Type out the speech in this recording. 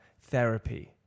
therapy